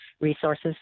resources